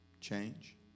change